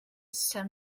stem